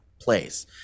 place